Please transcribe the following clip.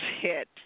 hit